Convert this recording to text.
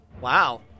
Wow